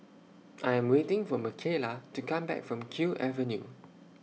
I Am waiting For Michaela to Come Back from Kew Avenue